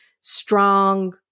strong